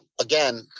again